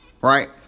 right